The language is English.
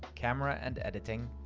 camera and editing,